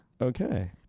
Okay